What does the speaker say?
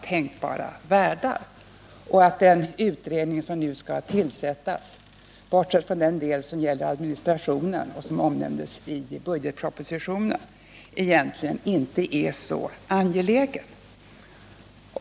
tänkbara världar och att den utredning som nu skall tillsättas — bortsett från den del som gäller administrationen och som omnämns i budgetpropositionen — egentligen inte är så angelägen.